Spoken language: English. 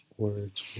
words